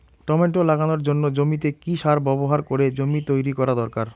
Tomato লাগানোর জন্য জমিতে কি সার ব্যবহার করে জমি তৈরি করা দরকার?